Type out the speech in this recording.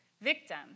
victim